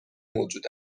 موجود